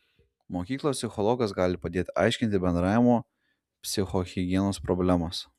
mokyklos psichologas gali padėti aiškinti bendravimo psichohigienos problemas